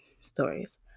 stories